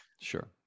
Sure